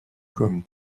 comme